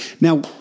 Now